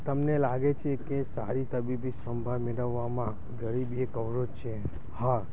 તમને લાગે છે કે સારી તબીબી સંભાળ મેળવવામાં ગરીબી એ એક અવરોધ છે હા